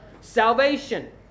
salvation